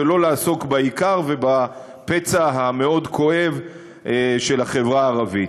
ולא לעסוק בעיקר ובפצע הכואב-המאוד של החברה הערבית.